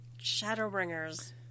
Shadowbringers